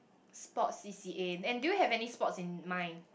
sports C_C_A and do you have any sports in mind